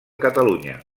catalunya